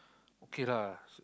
okay lah